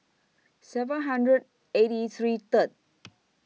seven hundred eighty three Third